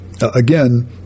Again